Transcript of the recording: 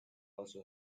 also